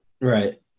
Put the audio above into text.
Right